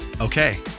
Okay